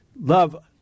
love